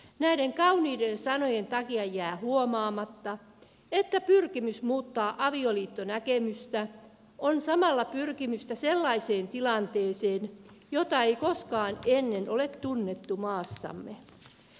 näiden kauniiden sanojen takia jää huomaamatta että pyrkimys muuttaa avioliittonäkemystä on samalla pyrkimystä sellaiseen tilanteeseen jota ei koskaan ennen ole tunnettu maassamme